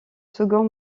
second